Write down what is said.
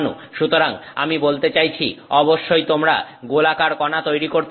সুতরাং আমি বলতে চাইছি অবশ্যই তোমরা গোলাকার কণা তৈরি করতে পারবে